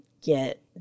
get